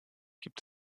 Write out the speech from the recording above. gibt